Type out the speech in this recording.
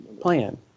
plan